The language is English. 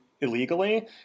illegally